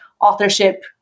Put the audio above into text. authorship